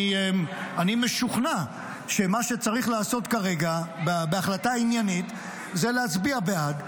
אני משוכנע שמה שצריך לעשות כרגע בהחלטה עניינית זה להצביע בעד.